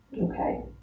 okay